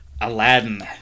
Aladdin